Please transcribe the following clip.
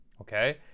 okay